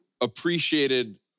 appreciated